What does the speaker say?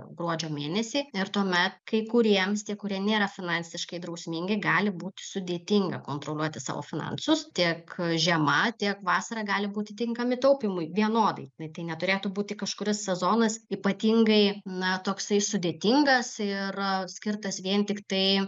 gruodžio mėnesį ir tuomet kai kuriems tie kurie nėra finansiškai drausmingi gali būti sudėtinga kontroliuoti savo finansus tiek žiema tiek vasara gali būti tinkami taupymui vienodai tai neturėtų būti kažkuris sezonas ypatingai na toksai sudėtingas ir skirtas vien tiktai